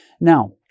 Now